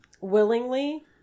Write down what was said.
willingly